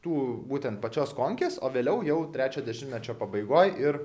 tų būtent pačios konkės o vėliau jau trečio dešimtmečio pabaigoj ir